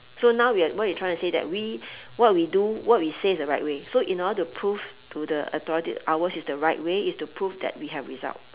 so now we are what you trying to say that we what we do what we say is the right way so in order to prove to the authority ours is the right way is to prove that we have result